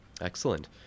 Excellent